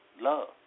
love